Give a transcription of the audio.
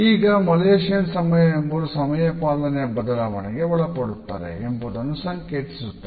ಈಗ ಮಲೇಶಿಯನ್ ಸಮಯ ಎಂಬುದು ಸಮಯಪಾಲನೆಯು ಬದಲಾವಣೆಗೆ ಒಳಪಡುತ್ತದೆ ಎಂಬುದನ್ನು ಸಂಕೇತಿಸುತ್ತದೆ